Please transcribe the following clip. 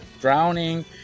drowning